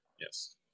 Yes